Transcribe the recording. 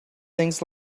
things